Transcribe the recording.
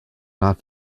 not